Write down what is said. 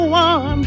one